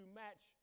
match